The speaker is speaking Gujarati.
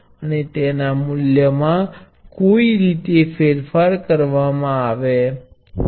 જો તમે રેઝિસ્ટર્સની દ્રષ્ટિએ અભિવ્યક્તિ લખો તો આપણે જોયું કે આપણને એક સરખુ સ્વરૂપ મળ્યું છે